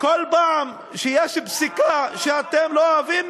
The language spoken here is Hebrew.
כל פעם שיש פסיקה שאתם לא אוהבים,